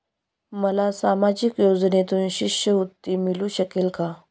मला सामाजिक योजनेतून शिष्यवृत्ती मिळू शकेल का?